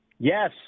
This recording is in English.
Yes